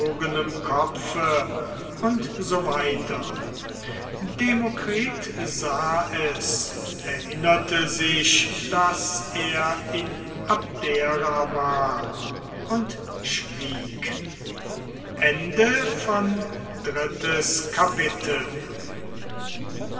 kopfe u s w demokritus sah es erinnerte sich daß er in abdera war und schwieg